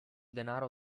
denaro